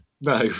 No